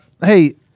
Hey